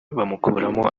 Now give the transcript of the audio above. bamukuramo